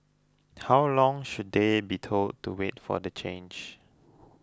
how long should they be told to wait for the change